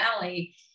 Valley